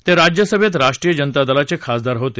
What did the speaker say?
ते राज्यसभेत राष्ट्रीय जनता दलाघे खासदार होते